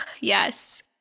Yes